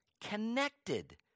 connected